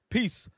Peace